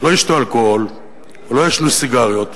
לא ישתו אלכוהול או לא יעשנו סיגריות,